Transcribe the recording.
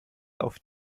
auf